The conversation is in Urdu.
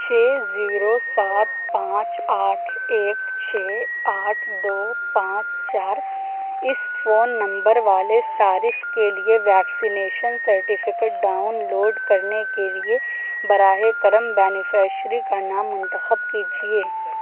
چھ زیرو سات پانچ آٹھ ایک آٹھ دو پانچ چار اس فون نمبر والے صارف کے لیے ویکسینیشن سرٹیفکیٹ ڈاؤنلوڈ کرنے کے لیے براہ کرم بینیفشیری کا نام منتخب کیجیے